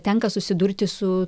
tenka susidurti su